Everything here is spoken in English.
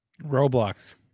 Roblox